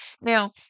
now